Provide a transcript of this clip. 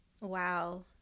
Wow